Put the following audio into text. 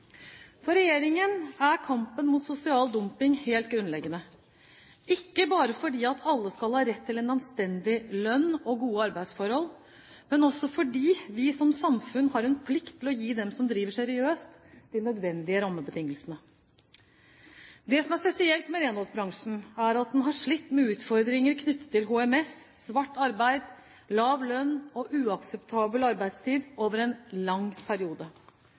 For regjeringen er kampen mot sosial dumping helt grunnleggende – ikke bare fordi alle skal ha rett til en anstendig lønn og gode arbeidsforhold, men også fordi vi som samfunn har en plikt til å gi dem som driver seriøst, de nødvendige rammebetingelsene. Det som er spesielt med renholdsbransjen, er at den har slitt med utfordringer knyttet til HMS, svart arbeid, lav lønn og uakseptabel arbeidstid over en lang periode.